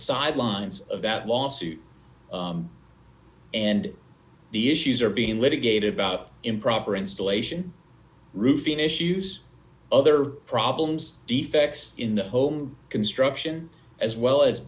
sidelines of that lawsuit and the issues are being litigated about improper installation rufin issues other problems defects in the home construction as well as